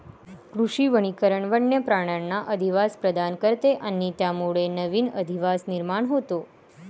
कृषी वनीकरण वन्य प्राण्यांना अधिवास प्रदान करते आणि त्यामुळे नवीन अधिवास निर्माण होतो